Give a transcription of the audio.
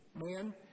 Man